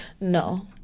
no